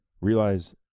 realize